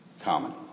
common